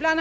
Man